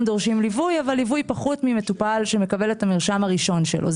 דורשים ליווי אבל פחות ממטופל שמקבל את המרשם הראשון שלו.